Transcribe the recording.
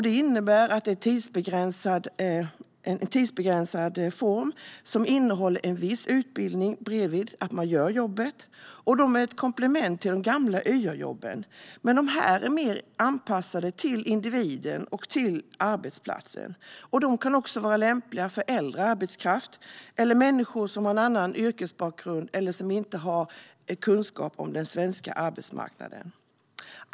Det är en tidsbegränsad reform som innehåller viss utbildning vid sidan av jobbet, och det är ett komplement till de gamla YA-jobben. Men dessa jobb är mer anpassade till individen och arbetsplatsen och kan också vara lämpliga för äldre arbetskraft eller människor som har annan yrkesbakgrund eller saknar kunskap om den svenska arbetsmarknaden.